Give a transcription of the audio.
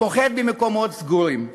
פוחד ממקומות סגורים.